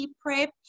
prep